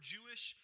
Jewish